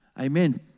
Amen